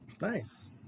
Nice